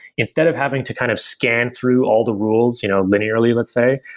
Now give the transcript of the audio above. instead of having to kind of scan through all the rules you know linearly, let's say,